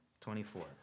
twenty-four